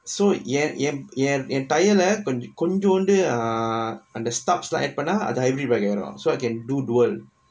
so என் என் என் என்:en en en en tyre leh கொஞ்~ கொஞ்சோடு:konj~ konjondu err அந்த:antha stuffs lah add பண்ண அது:panna athu hybrid bike ஆயிடும்:aayidum so I can do dual